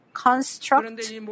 construct